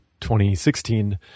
2016